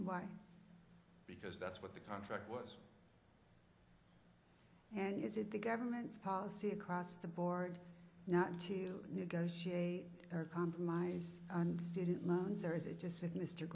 why because that's what the contract was and is it the government's policy across the board not to negotiate or compromise on student loans or is it just